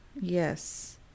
Yes